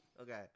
Okay